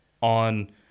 on